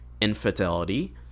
infidelity